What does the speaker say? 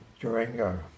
Durango